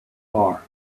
are